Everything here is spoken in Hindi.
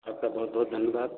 आपका बहुत बहुत धन्यवाद